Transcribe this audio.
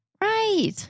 Right